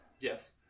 Yes